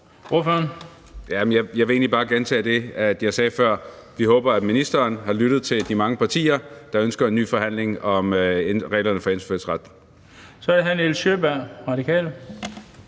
Jeg vil egentlig bare gentage det, jeg sagde før. Vi håber, at ministeren har lyttet til de mange partier, der ønsker en ny forhandling om reglerne for indfødsret. Kl. 15:09 Den fg. formand